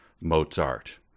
Mozart